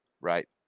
Right